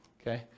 Okay